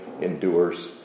endures